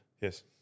Yes